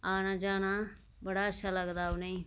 औना जाना बड़ा अच्छा लगदा असें ई